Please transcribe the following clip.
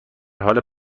حال